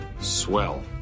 swell